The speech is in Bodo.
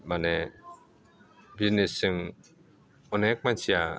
माने बिजिनेसजों अनेक मानसिया